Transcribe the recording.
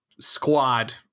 squad